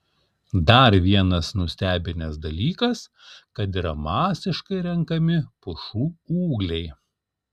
dar vienas nustebinęs dalykas kad yra masiškai renkami pušų ūgliai